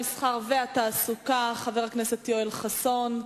המסחר והתעסוקה מאת חבר הכנסת יואל חסון.